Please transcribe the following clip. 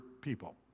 people